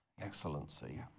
excellency